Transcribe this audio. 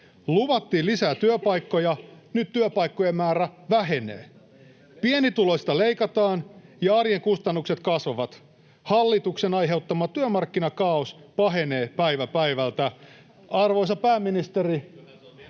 Luvattiin lisää työpaikkoja, nyt työpaikkojen määrä vähenee. Pienituloisilta leikataan, ja arjen kustannukset kasvavat. Hallituksen aiheuttama työmarkkinakaaos pahenee päivä päivältä. [Vilhelm